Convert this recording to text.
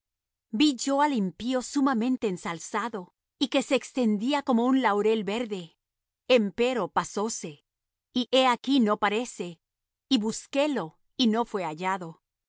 al impío sumamente ensalzado y que se extendía como un laurel verde empero pasóse y he aquí no parece y busquélo y no fué hallado